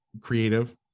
creative